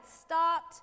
stopped